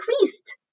increased